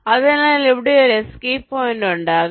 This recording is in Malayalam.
അതിനാൽ ഇവിടെ ഒരു എസ്കേപ്പ് പോയിന്റ് ഉണ്ടാകും